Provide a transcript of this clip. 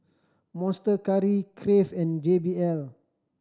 Monster Curry Crave and J B L